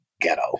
ghetto